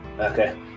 Okay